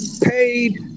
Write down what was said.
paid